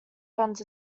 friends